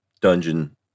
dungeon